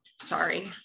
Sorry